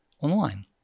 online